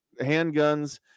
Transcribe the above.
handguns